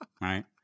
right